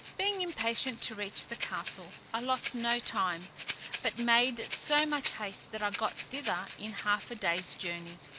being impatient to reach the castle, i lost no time but made so much haste, that i got thither in half a day's journey,